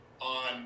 on